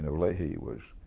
leahy was,